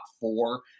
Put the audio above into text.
four